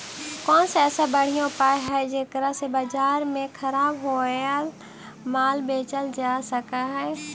कौन सा सबसे बढ़िया उपाय हई जेकरा से बाजार में खराब होअल माल बेचल जा सक हई?